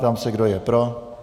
Ptám se, kdo je pro.